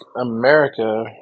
America